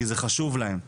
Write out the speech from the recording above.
כי זה חשוב להם.